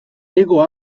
hego